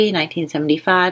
1975